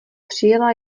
přijela